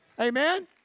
amen